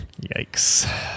yikes